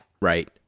Right